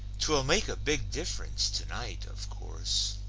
twill make a big diff'rence tonight, of course,